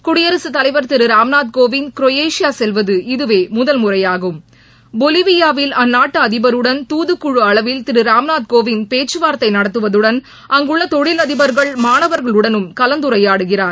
குடியரசு தலைவர் திரு ராம்நாத் கோவிந்த் குரேஷியா செல்வது இதவே முதல்முறையாகும் பொலிவியாவில் அந்நாட்டு அதிபருடன் துதுக்குழு அளவில் திரு ராம்நாத் கோவிந்த் பேச்சுவார்த்தை நடத்துவதுடன் அங்குள்ள தொழில் அதிபர்கள் மாணவர்களுடனும் கலந்துரையாடுகிறார்